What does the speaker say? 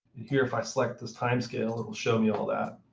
here, if i select this time scale, it will show me all that.